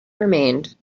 remained